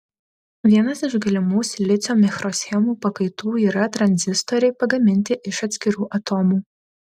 vienas iš galimų silicio mikroschemų pakaitų yra tranzistoriai pagaminti iš atskirų atomų